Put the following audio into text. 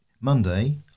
Monday